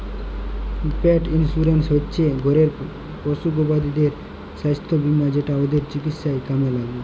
পেট insurance হচ্যে ঘরের পশুপাখিদের সাস্থ বীমা যেটা ওদের চিকিৎসায় কামে ল্যাগে